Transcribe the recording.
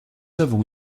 avons